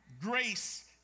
grace